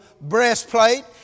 breastplate